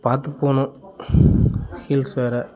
பார்த்துப் போகணும் ஹில்ஸ் வேறு